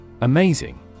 Amazing